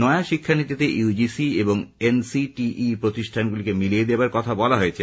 নয়া শিক্ষানীতিতে ইউজিসি এবং এন সি টি ই প্রতিষ্ঠানটিকে মিলিয়ে দেবার কথা বলা হয়েছে